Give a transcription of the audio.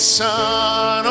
son